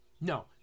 No